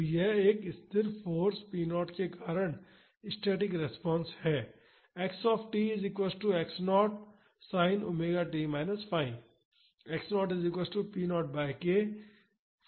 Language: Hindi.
तो यह एक स्थिर फाॅर्स p 0 के कारण स्टैटिक रिस्पांस है